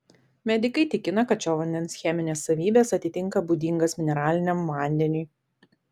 medikai tikina kad šio vandens cheminės savybės atitinka būdingas mineraliniam vandeniui